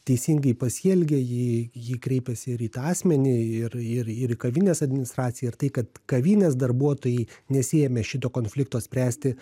teisingai pasielgė ji ji kreipėsi ir į tą asmenį ir ir ir į kavinės administraciją ir tai kad kavinės darbuotojai nesiėmė šito konflikto spręsti